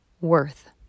worth